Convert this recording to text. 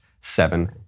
seven